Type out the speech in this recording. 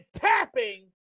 tapping